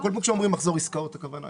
כל פעם שאומרים מחזור עסקאות זאת הכוונה.